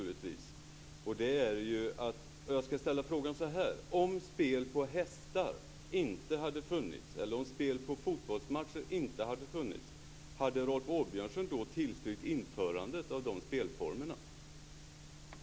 Låt mig ställa följande fråga: Om spel på hästar eller på fotbollsmatcher inte hade funnits, skulle Rolf Åbjörnsson då ha tillstyrkt införandet av de spelformerna?